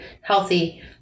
healthy